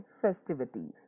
festivities